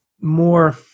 more